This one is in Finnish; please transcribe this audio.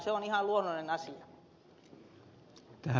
se on ihan luonnollinen asia